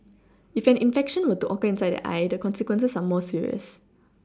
if an infection were to occur inside the eye the consequences are more serious